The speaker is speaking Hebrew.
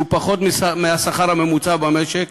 שהוא פחות מהשכר הממוצע במשק,